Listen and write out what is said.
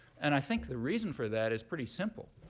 and i think the reason for that is pretty simple.